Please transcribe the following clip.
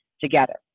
together